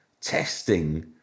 testing